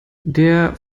der